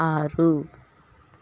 ఆరు